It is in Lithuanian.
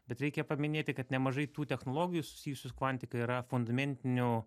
bet reikia paminėti kad nemažai tų technologijų susijusių su kvantika yra fundamentinių